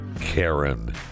Karen